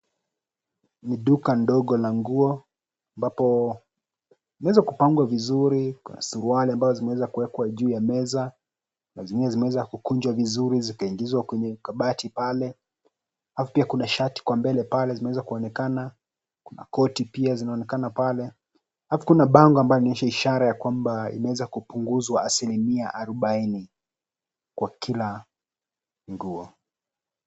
Ni duka ndogo la nguo ambapo, zimeweza kupangwa vizuri, kuna suruali ambazo zimeweza zimewekwa juu ya meza, kuna zingine zimeweza kukunjwa vizuri zikaingizwa kwenye kabati pale. Alafu pia kuna shati kwa mbele pale zinaweza kuonekana, kuna koti pia zinaonekana pale, alafu kuna bango ambalo inaonyesha ishara yakwamba imeweza kupunguzwa asirimia arubaini, kwa kila nguo.